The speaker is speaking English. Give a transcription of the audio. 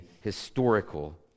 historical